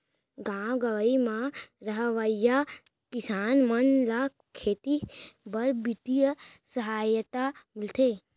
गॉव गँवई म रहवइया किसान मन ल खेती बर बित्तीय सहायता मिलथे